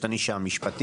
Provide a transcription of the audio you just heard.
ויש הנישה המשפטית.